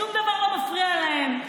שום דבר לא מפריע להם.